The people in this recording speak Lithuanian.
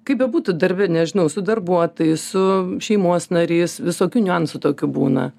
kaip bebūtų darbe nežinau su darbuotojais su šeimos nariais visokių niuansų tokių būna